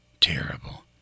terrible